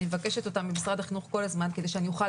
אני כל הזמן מבקשת אותם ממשרד החינוך כדי שאני אוכל